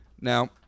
Now